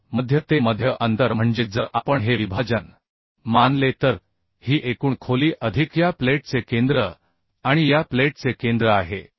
तर मध्य ते मध्य अंतर म्हणजे जर आपण हे विभाजन मानले तर ही एकूण खोली अधिक या प्लेटचे केंद्र आणि या प्लेटचे केंद्र आहे